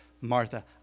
Martha